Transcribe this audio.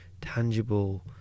tangible